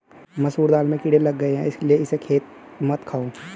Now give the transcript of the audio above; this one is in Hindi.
मसूर दाल में कीड़े लग गए है इसलिए इसे मत खाओ